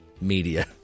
media